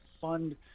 fund –